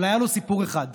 אבל היה לו סיפור אחד.